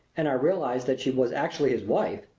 and i realized that she was actually his wife,